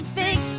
fix